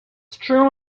true